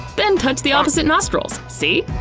then touch the opposite nostrils. see?